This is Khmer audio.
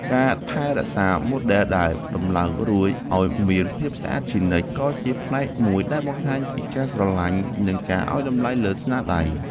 ការថែរក្សាម៉ូដែលដែលដំឡើងរួចឱ្យមានភាពស្អាតជានិច្ចក៏ជាផ្នែកមួយដែលបង្ហាញពីការស្រឡាញ់ និងការឱ្យតម្លៃលើស្នាដៃ។